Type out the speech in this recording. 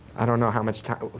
i don't know how much time,